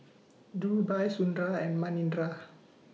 Dhirubhai Sundar and Manindra